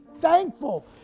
thankful